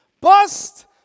Bust